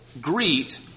greet